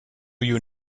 you